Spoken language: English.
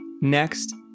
Next